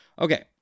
Okay